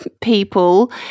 people